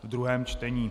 druhé čtení